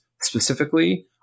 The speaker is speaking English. specifically